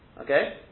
Okay